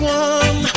one